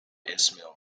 ismail